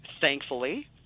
thankfully